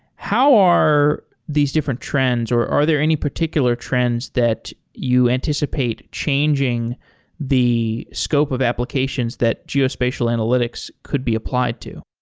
how are these different trends, or are there any particular trends that you anticipate changing the scope of applications that geospatial analytics could be applied to?